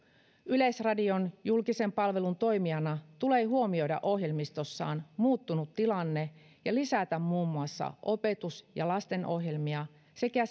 yleisradion julkisen palvelun toimijana tulee huomioida ohjelmistossaan muuttunut tilanne ja lisätä muun muassa opetus ja lastenohjelmia sekä